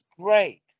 great